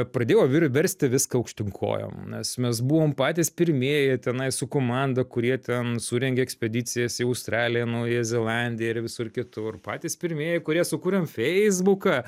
pradėjau vir versti viską aukštyn kojom nes mes buvom patys pirmieji tenai su komanda kurie ten surengė ekspedicijas į australiją naująją zelandiją ir visur kitur patys pirmieji kurie sukūrėm feisbuką